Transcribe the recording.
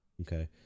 Okay